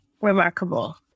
remarkable